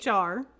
HR